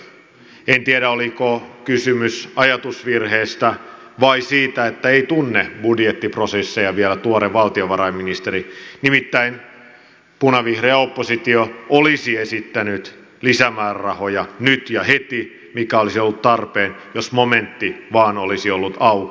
en tiedä oliko kysymys ajatusvirheestä vai siitä että tuore valtiovarainministeri ei vielä tunne budjettiprosesseja nimittäin punavihreä oppositio olisi esittänyt lisämäärärahoja nyt ja heti mikä olisi ollut tarpeen jos momentti vain olisi ollut auki